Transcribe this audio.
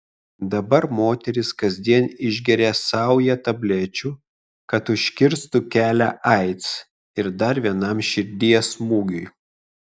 dabar moteris kasdien išgeria saują tablečių kad užkirstų kelią aids ir dar vienam širdies smūgiui